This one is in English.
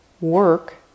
work